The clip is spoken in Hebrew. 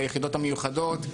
ביחידות המיוחדות,